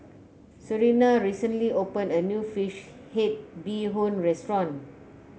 Serina recently opened a new fish head Bee Hoon restaurant